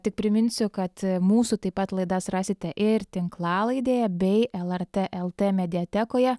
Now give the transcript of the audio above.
tik priminsiu kad mūsų taip pat laidas rasite ir tinklalaidėje bei lrt lt mediatekoje